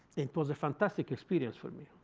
it was a fantastic experience for me.